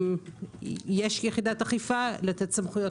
יש יחידת אכיפה אנו מבקשים לתת סמכויות